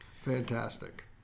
Fantastic